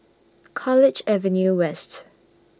College Avenue West